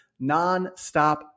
nonstop